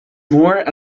mór